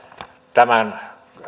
tämän